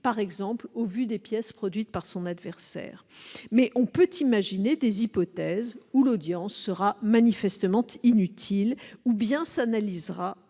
notamment au vu des pièces produites par son adversaire. Toutefois, on peut imaginer des hypothèses où l'audience sera manifestement inutile ou bien s'analysera